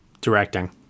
Directing